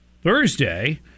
Thursday